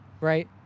right